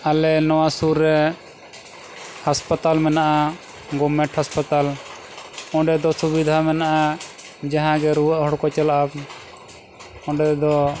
ᱟᱞᱮ ᱱᱚᱣᱟ ᱥᱩᱨ ᱨᱮ ᱦᱟᱸᱥᱯᱟᱛᱟᱞ ᱢᱮᱱᱟᱜᱼᱟ ᱜᱚᱵᱽᱢᱮᱱᱴ ᱦᱟᱸᱥᱯᱟᱛᱟᱞ ᱚᱸᱰᱮ ᱫᱚ ᱥᱩᱵᱤᱫᱷᱟ ᱢᱮᱱᱟᱜᱼᱟ ᱡᱟᱦᱟᱸ ᱜᱮ ᱨᱩᱣᱟᱹᱜ ᱦᱚᱲ ᱠᱚ ᱪᱟᱞᱟᱜᱼᱟ ᱚᱸᱰᱮ ᱫᱚ